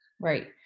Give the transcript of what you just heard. Right